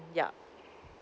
yup